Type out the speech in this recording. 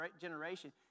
generation